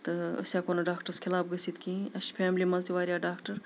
تہٕ أسۍ ہٮ۪کو نہٕ ڈاکٹرس خِلاف گٔژھتھ کِہیٖنۍ اَسہِ چھِ فیملی منٛز تہِ واریاہ ڈاکٹر